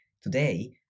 Today